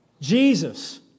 Jesus